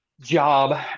job